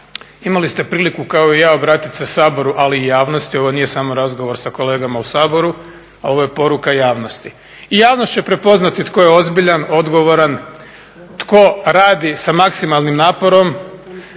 Imali ste priliku kao i ja obratit se Sabori, ali i javnosti. Ovo nije samo razgovor sa kolegama u Saboru, ovo je poruka javnosti. I javnost će prepoznati tko je ozbiljan, odgovoran, tko radi sa maksimalnim naporom